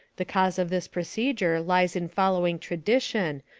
the cause of this procedure lies in following tradition,